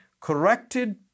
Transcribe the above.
corrected